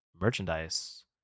merchandise